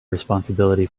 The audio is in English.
responsibility